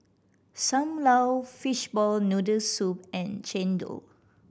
Sam Lau fishball noodle soup and chendol